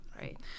right